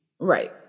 Right